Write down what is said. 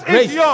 Grace